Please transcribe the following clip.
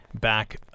back